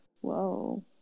whoa